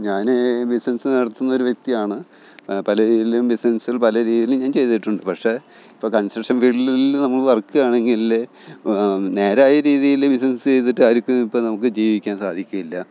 ഞാൻ ബിസ്നെസ്സ് നടത്തുന്നൊരു വ്യക്തിയാണ് പലരീതിയിലും ബിസ്നെസ്സ്കള് പല രീതീയിലും ഞാന് ചെയ്തിട്ടുണ്ട് പഷെ ഇപ്പോൾ കണ്സെഷന് ഫീല്ഡിൽ നമ്മൾ വര്ക്ക് ചെയ്യുകയാണെങ്കിൽ നേരായ രീതിയിൽ ബിസ്നെസ്സ് ചെയ്തിട്ട് അവർക്ക് ഇപ്പോൾ നമുക്ക് ജീവിക്കാന് സാധിക്കില്ല